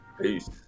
peace